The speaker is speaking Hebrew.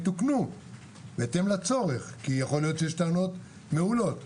תוקנו בהתאם לצורך כי יכול להיות שיש טענות מעולות.